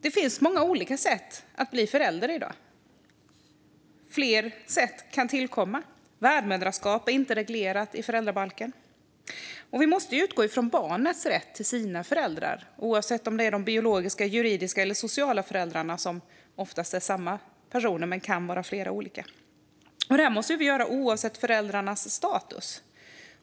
Det finns många olika sätt att bli förälder i dag, och fler sätt kan tillkomma. Värdmoderskap är inte reglerat i föräldrabalken. Vi måste utgå från barnets rätt till sina föräldrar oavsett om det är de biologiska, juridiska eller sociala föräldrarna. Det är ofta samma personer, men det kan vara flera olika. Det måste vi göra oavsett föräldrarnas status.